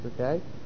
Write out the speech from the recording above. okay